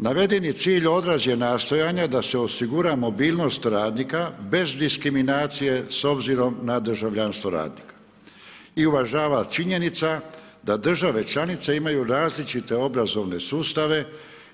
Navedeni cilj odraz je nastojanja da se osigura mobilnost radnika bez diskriminacije s obzirom na državljanstvo radnika i uvaža činjenicu da države članice imaju različite obrazovne sustave